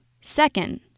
Second